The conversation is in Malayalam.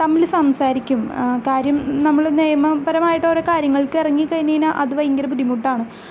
തമ്മില് സംസാരിക്കും കാര്യം നമ്മള് നിയമപരമായിട്ടൊരോ കാര്യങ്ങൾക്ക് ഇറങ്ങി കഴിഞ്ഞ് കഴിഞ്ഞാൽ അത് ഭയങ്കര ബുദ്ധിമുട്ടാണ്